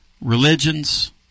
religions